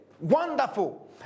Wonderful